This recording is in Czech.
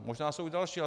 Možná jsou další.